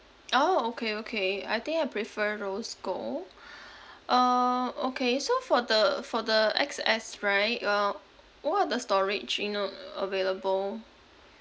orh okay okay I think I prefer rose gold uh okay so for the for the x s right uh what are the storage you know uh available